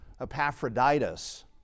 Epaphroditus